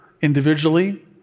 individually